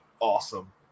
awesome